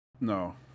No